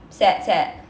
sad sad